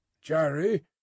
Jerry